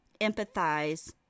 empathize